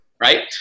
right